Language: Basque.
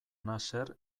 nasser